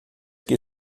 que